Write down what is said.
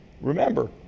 remember